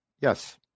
Yes